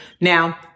Now